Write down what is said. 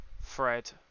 Fred